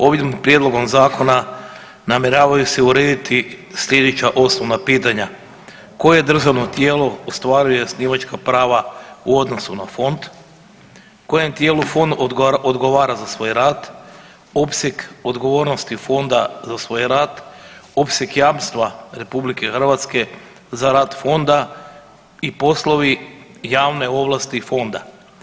Ovim prijedlogom zakona namjeravaju se u rediti sljedeća osnovna pitanja koje državno tijelo ostvaruje osnivačka prava u odnosu na fond, kojem tijelu fond odgovara za svoj rad, opseg odgovornosti fonda z svoj rad, opseg jamstva RH za rad fonda i poslovi javne ovlasti fonda.